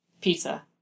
Pizza